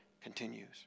continues